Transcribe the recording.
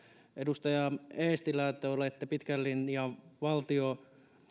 edustaja eestilä te olette pitkän linjan